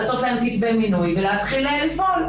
לתת להם כתבי מינוי ולהתחיל לפעול.